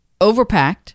overpacked